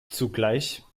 zugleich